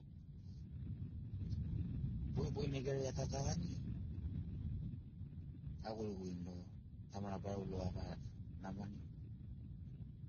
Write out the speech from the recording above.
bogibogi negariai atatagani, agurigurini loga tamara barau logo avaga namoani